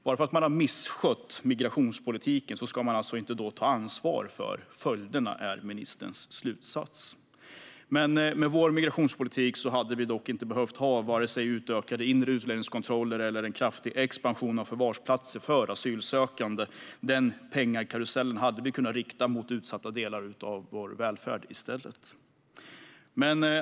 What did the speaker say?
Bara för att man har misskött migrationspolitiken ska man alltså inte ta ansvar för följderna, verkar ministerns slutsats vara. Med Sverigedemokraternas migrationspolitisk hade vi dock inte behövt ha vare sig utökade inre utlänningskontroller eller en kraftig expansion av förvarsplatser för asylsökande. Den pengakarusellen hade vi kunnat rikta mot utsatta delar av välfärden i stället.